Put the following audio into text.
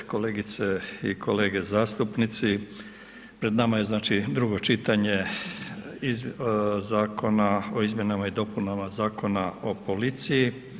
Kolegice i kolege zastupnici, pred nama je znači drugo čitanje Zakona o izmjenama i dopunama Zakona o policiji.